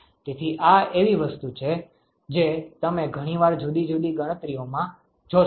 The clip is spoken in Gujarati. તેથી આ એવી વસ્તુ છે જે તમે ઘણી વાર જુદી જુદી ગણતરીઓમાં જોશો